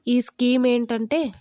ఈ స్కీం ఏంటంటే